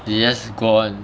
they just go on